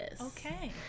okay